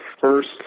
first